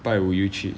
拜五又去